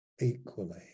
equally